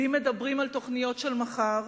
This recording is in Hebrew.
ואם מדברים על תוכניות של מחר,